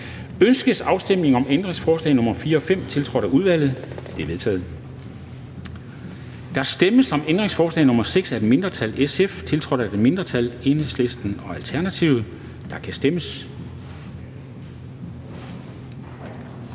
Ønskes afstemning om ændringsforslag nr. 1 og 2, tiltrådt af udvalget? De er vedtaget. Der stemmes om ændringsforslag nr. 3 af et mindretal (SF), tiltrådt af et mindretal (EL og ALT). Der kan stemmes.